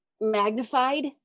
magnified